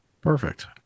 Perfect